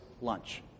lunch